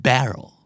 Barrel